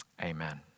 Amen